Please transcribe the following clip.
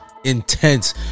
Intense